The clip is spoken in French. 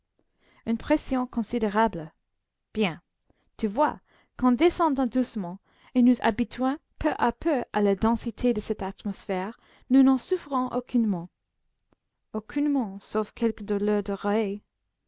une pression considérable bien tu vois qu'en descendant doucement en nous habituant peu à peu à la densité de cette atmosphère nous n'en souffrons aucunement aucunement sauf quelques douleurs